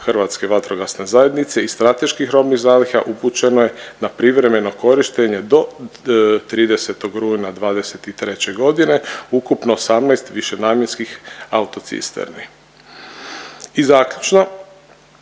Hrvatske vatrogasne zajednice iz strateških robnih zaliha upućene na privremeno korištenje do 30. rujna '23. godine, ukupno 18 višenamjenskih autocisterni. I zaključno